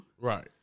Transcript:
Right